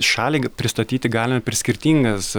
šalį pristatyti galima per skirtingas